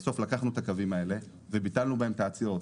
אז לקחנו את הקווים האלה וביטלנו בהם את העצירות,